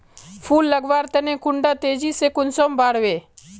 फुल लगवार तने कुंडा तेजी से कुंसम बार वे?